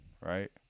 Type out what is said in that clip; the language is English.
Right